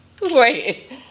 Wait